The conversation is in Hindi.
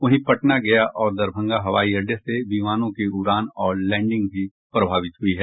वहीं पटना गया और दरभंगा हवाई अड्डे से विमानों की उड़ान और लैंडिंग भी प्रभावित हुई है